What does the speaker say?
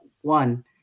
one